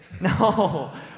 no